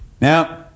Now